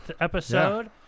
episode